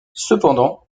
cependant